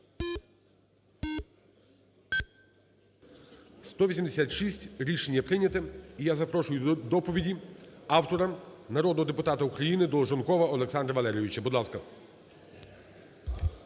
За-186 Рішення прийняте. І я запрошую до доповіді автора народного депутата України Долженкова Олександра Валерійовича, будь ласка.